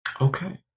Okay